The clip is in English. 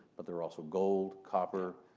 but there're also gold, copper,